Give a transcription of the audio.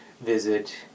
visit